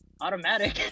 automatic